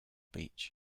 beach